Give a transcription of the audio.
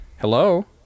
Hello